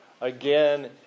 again